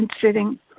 sitting